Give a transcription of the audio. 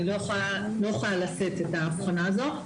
אני לא יכולה לשאת את ההבחנה הזאת.